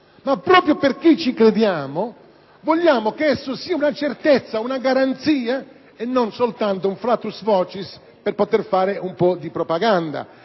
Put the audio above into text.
– proprio perche´ ci crediamo – vogliamo che esso sia una certezza, una garanzia, e non soltanto un flatus vocis per poter fare un po’ di propaganda.